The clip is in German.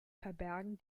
verbergen